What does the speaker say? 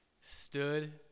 stood